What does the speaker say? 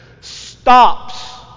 stops